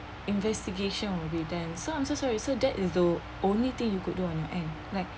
investigation will be done so I'm so sorry so that is the only thing you could do on your end like